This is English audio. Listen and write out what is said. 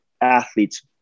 athletes